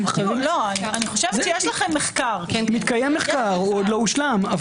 מתקיים מחקר, לא הושלם.